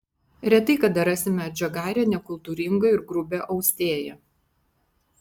retai kada rasime atžagarią nekultūringą ir grubią austėją